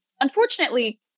Unfortunately